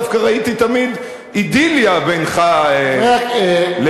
דווקא ראיתי תמיד אידיליה בינך לבינו.